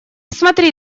смотри